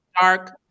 dark